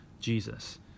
Jesus